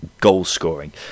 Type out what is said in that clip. goal-scoring